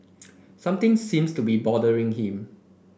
something seems to be bothering him